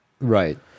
Right